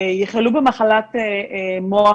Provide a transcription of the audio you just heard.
יחלו במחלת מוח